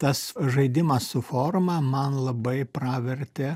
tas žaidimas su forma man labai pravertė